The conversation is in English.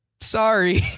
sorry